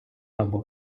або